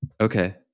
Okay